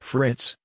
Fritz